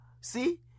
See